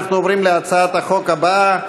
אנחנו עוברים להצעת החוק הבאה,